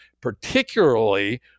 particularly